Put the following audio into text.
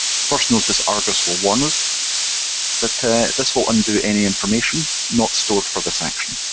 first notice argos will warn us that this will undo any information not stored for this action.